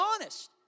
honest